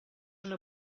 una